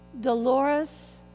Dolores